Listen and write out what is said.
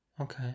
Okay